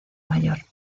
mayor